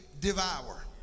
devour